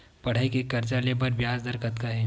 पढ़ई के कर्जा ले बर ब्याज दर कतका हे?